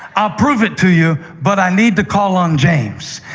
i'll prove it to you, but i need to call on james.